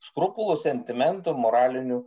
skrupulų sentimentų moralinių